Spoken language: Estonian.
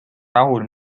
rahul